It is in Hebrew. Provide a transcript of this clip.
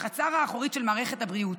לחצר האחורית של מערכת הבריאות.